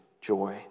joy